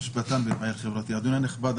אדוני הנכבד,